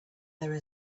there